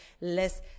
less